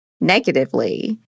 negatively